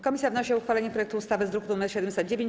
Komisja wnosi o uchwalenie projektu ustawy z druku nr 709.